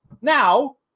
Now